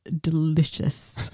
delicious